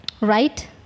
Right